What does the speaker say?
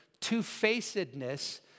two-facedness